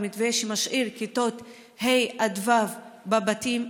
במתווה שמשאיר את כיתות ה'-ו' בבתים,